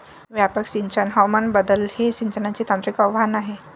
व्यापक सिंचन हवामान बदल हे सिंचनाचे तांत्रिक आव्हान आहे